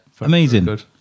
amazing